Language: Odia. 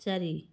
ଚାରି